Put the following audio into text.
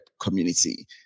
community